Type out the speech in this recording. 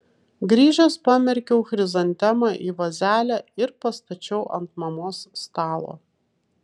grįžęs pamerkiau chrizantemą į vazelę ir pastačiau ant mamos stalo